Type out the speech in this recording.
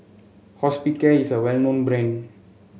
Hospicare is a well known brand